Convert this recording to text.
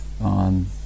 on